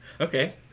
Okay